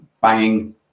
banging